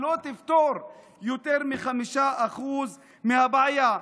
לא תפתור יותר מ-5% מהבעיה.